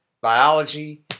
biology